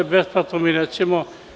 Besplatno nećemo.